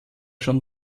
schon